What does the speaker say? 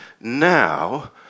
now